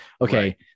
okay